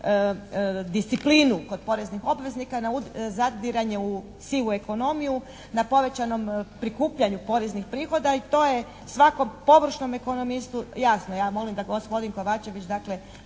disciplinu kod poreznih obveznika, na zadiranje u sivu ekonomiju, na povećanom prikupljanju poreznih prihoda. I to je svakom površnom ekonomistu jasno. Ja molim da gospodin Kovačević dakle